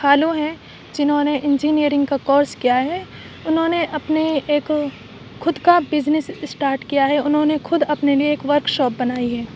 خالو ہیں جنہوں نے انجینئرنگ کا کورس کیا ہے انہوں نے اپنے ایک خود کا بزنس اسٹارٹ کیا ہے انہوں نے خود اپنے لیے ایک ورکشاپ بنائی ہے